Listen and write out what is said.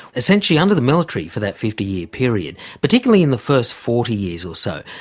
essentially under the military for that fifty year period, particularly in the first forty years or so,